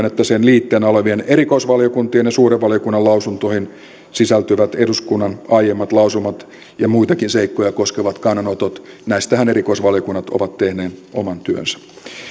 että sen liitteenä olevien erikoisvaliokuntien ja suuren valiokunnan lausuntoihin sisältyvät eduskunnan aiemmat lausumat ja muitakin seikkoja koskevat kannanotot näistähän erikoisvaliokunnat ovat tehneet oman työnsä